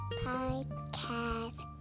podcast